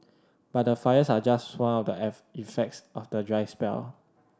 but the fires are just one of the effects of the dry spell